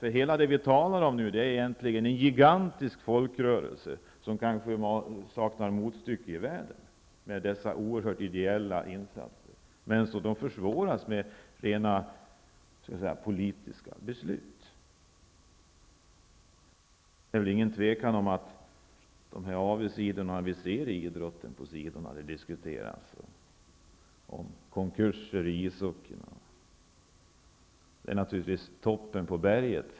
Det vi nu talar om är egentligen en gigantisk folkrörelse med många ideella insatser som kanske saknar motstycke i världen. Det arbetet försvåras genom politiska beslut. Det är väl inget tvivel om att vi ser avigsidor inom idrotten, och det diskuteras om konkurser. Det vi ser är naturligtvis toppen av isberget.